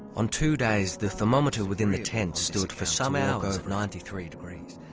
on two days the thermometer within the tent stood for some hours at ninety three degrees.